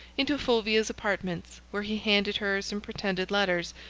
into fulvia's apartments, where he handed her some pretended letters,